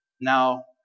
Now